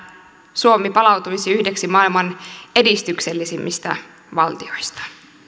suomi palautuisi yhdeksi maailman edistyksellisimmistä valtioista